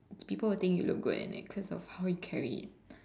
people will think you look good in it because of how you carry it